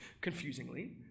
confusingly